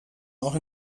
auch